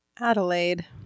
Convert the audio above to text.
Adelaide